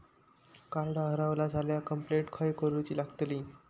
Card हरवला झाल्या complaint खय करूची लागतली?